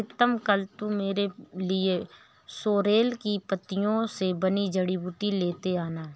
प्रीतम कल तू मेरे लिए सोरेल की पत्तियों से बनी जड़ी बूटी लेते आना